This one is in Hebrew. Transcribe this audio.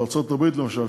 בארצות-הברית למשל,